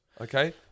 Okay